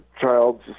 child's